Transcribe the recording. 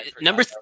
number